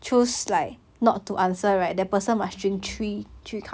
choose like not to answer right then person about actually three three